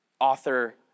author